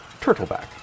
turtleback